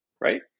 right